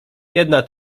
jedna